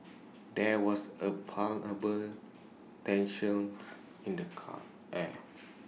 there was A palpable tensions in the car air